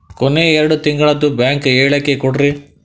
ಕೊನೆ ಎರಡು ತಿಂಗಳದು ಬ್ಯಾಂಕ್ ಹೇಳಕಿ ಕೊಡ್ರಿ